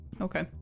Okay